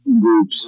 groups